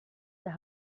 der